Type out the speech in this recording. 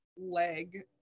Leg